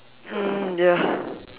err ya